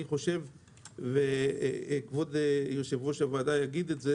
אני חושב שכבוד יושב-ראש הוועדה יסכים,